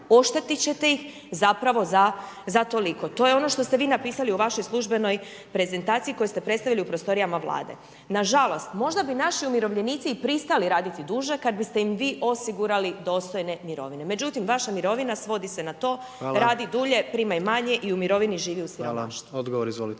oštetit ćete ih zapravo za toliko. To je ono što ste vi napisali u vašoj službenoj prezentaciji koju ste predstavili u prostorijama vlade. Nažalost, možda bi naši umirovljenici pristali raditi duže kad biste im vi osigurali dostojne mirovine, međutim vaša mirovina svodi se na to radi dulje, primaj manje i u mirovini živi u siromaštvu. **Jandroković,